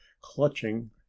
clutching